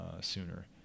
sooner